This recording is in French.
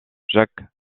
jacques